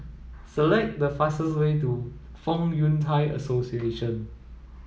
select the fastest way to Fong Yun Thai Association